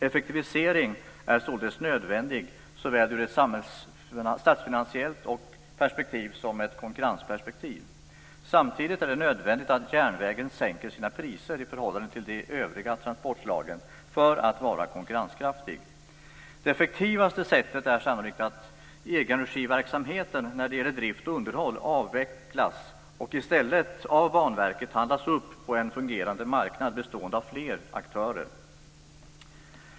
Effektivisering är således nödvändig såväl i ett statsfinansiellt perspektiv som i ett konkurrensperspektiv. Samtidigt är det nödvändigt att järnvägen sänker sina priser i förhållande till övriga transportslag för att vara konkurrenskraftig. Det effektivaste sättet är sannolikt att egenregiverksamheten när det gäller drift och underhåll avvecklas och i stället av Banverket handlas upp på en fungerande marknad bestående av flera aktörer.